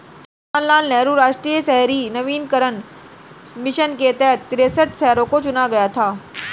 जवाहर लाल नेहरू राष्ट्रीय शहरी नवीकरण मिशन के तहत तिरेसठ शहरों को चुना गया था